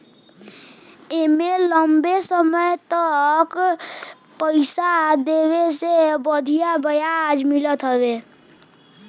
एमे लंबा समय तक पईसा लगवले पे बढ़िया ब्याज मिलत हवे